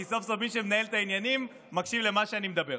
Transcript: כי סוף-סוף מי שמנהל את העניינים מקשיב למה שאני מדבר.